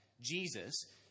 Jesus